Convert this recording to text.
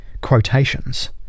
quotations